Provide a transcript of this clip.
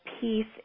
peace